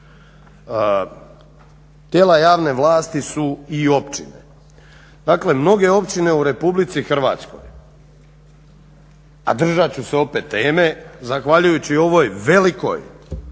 5.tijela javne vlasti su i općine. Dakle mnoge općine u RH a držat ću se opet teme zahvaljujući ovoj velikoj